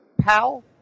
Pal